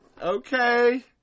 Okay